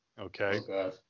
Okay